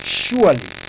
surely